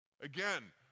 Again